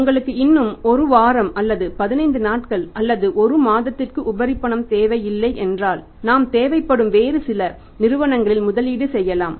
உங்களுக்கு இன்னும் 1 வாரம் அல்லது 15 நாட்கள் அல்லது 1 மாதத்திற்கு உபரி பணம் தேவையில்லை என்றால் நாம் தேவைப்படும் வேறு சில நிறுவனங்களில் முதலீடு செய்யலாம்